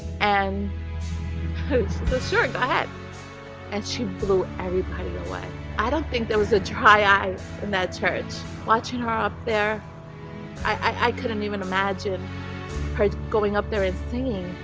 and whose shirt go ahead and she blew everybody, away i don't think there was a dry, eyes in that church watching her up there i i couldn't even imagine her going up there and singing